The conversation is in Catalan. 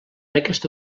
aquesta